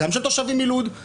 גם של תושבים מלוד,